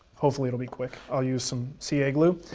hopefully it'll be quick. i'll use some ca glue.